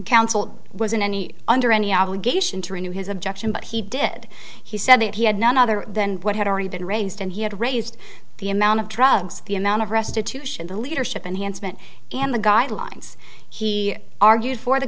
counsel was in any under any obligation to renew his objection but he did he said that he had none other than what had already been raised and he had raised the amount of drugs the amount of restitution the leadership and hands meant and the guidelines he argued for the